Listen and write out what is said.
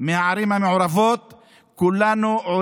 מהערים המעורבות,